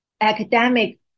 academic